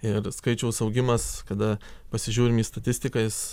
ir skaičiaus augimas kada pasižiūrim į statistiką jis